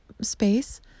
space